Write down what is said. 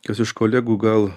kas iš kolegų gal